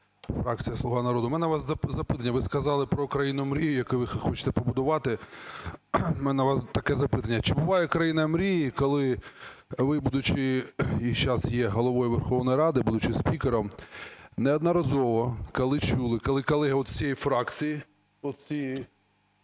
фракція "Слуга народу". У мене до вас запитання. Ви сказали, про країну мрій, яку ви хочете побудувати. У мене до вас таке запитання. Чи буває країна мрій, коли ви будучи і зараз є Головою Верховної Ради, будучи спікером, неодноразово, коли чули, коли колеги от з цієї фракції, от з цієї,